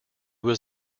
was